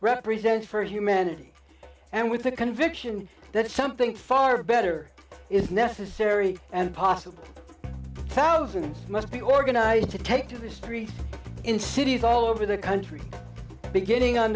represents for humanity and with the conviction that something far better is necessary and possible closing it must be organized to take to the streets in cities all over the country beginning on